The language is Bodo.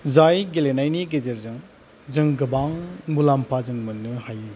जाय गेलेनायनि गेजेरजों जों गोबां मुलाम्फा जों मोननो हायो